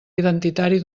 identitari